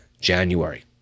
January